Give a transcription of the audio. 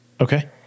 Okay